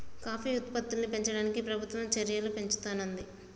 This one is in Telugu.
కాఫీ ఉత్పత్తుల్ని పెంచడానికి ప్రభుత్వం చెర్యలు పెంచుతానంది